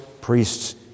priests